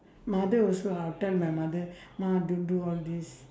mother also I'll tell my mother ma don't do all this